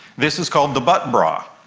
this is called the butt bra,